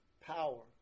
power